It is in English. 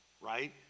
right